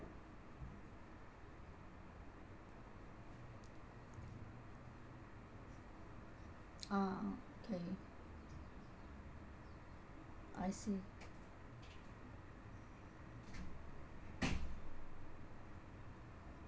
ah okay I see